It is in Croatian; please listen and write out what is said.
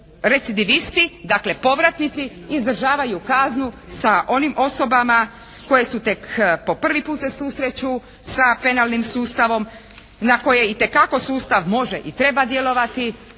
recidivisti dakle povratnici izdržavaju kaznu sa onim osobama koje su tek po prvi put se susreću sa penalnim sustavom, na koje itekako sustav može i treba djelovati.